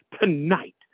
tonight